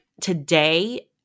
today